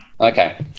okay